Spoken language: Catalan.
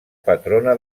patrona